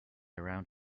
around